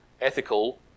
ethical